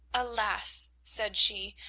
alas, said she,